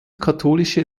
katholische